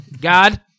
God